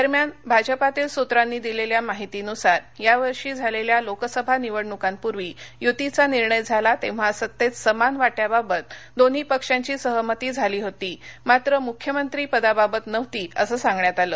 दरम्यान भाजपातील सूत्रांनी दिलेल्या माहितीनुसार यावर्षी झालेल्या लोकसभा निवडणुकांपूर्वी युतीचा निर्णय झाला तेव्हा सत्तेत समान वाट्याबाबत दोन्ही पक्षांची सहमती झाली होती मात्र मुख्यमंत्रीपदाबत नव्हती असं सांगण्यात आलं